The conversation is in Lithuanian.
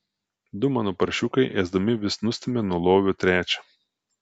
du mano paršiukai ėsdami vis nustumia nuo lovio trečią